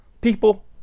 People